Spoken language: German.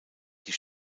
die